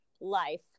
life